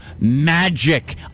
magic